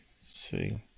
see